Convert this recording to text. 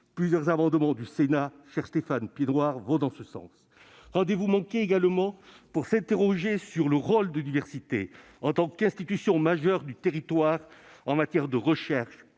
Plusieurs amendements du Sénat, cher Stéphane Piednoir, vont en ce sens. Rendez-vous manqué, également, pour s'interroger sur le rôle de l'université en tant qu'institution majeure du territoire en matière de recherche